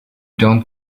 don’t